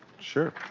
sure.